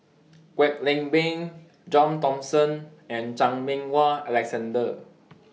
Kwek Leng Beng John Thomson and Chan Meng Wah Alexander